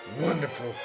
wonderful